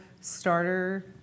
starter